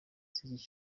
z’iki